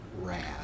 rad